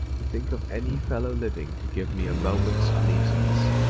to think of any fellow living to give me a moment's uneasiness.